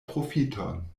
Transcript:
profiton